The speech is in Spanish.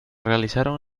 realizaron